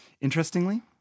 Interestingly